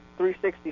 360